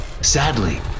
Sadly